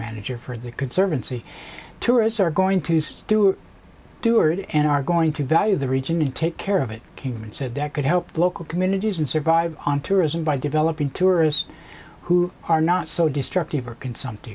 manager for the conservancy tourists are going to stew deward and are going to value the region and take care of it came and said that could help the local communities and survive on tourism by developing tourist who are not so destructive or consumpti